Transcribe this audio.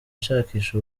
nshakisha